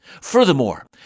Furthermore